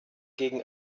gegen